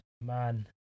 man